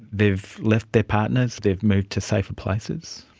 they've left their partners, they've moved to safer places?